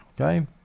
okay